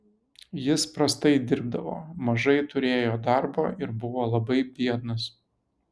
jis prastai dirbdavo mažai turėjo darbo ir buvo labai biednas